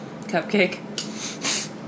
Cupcake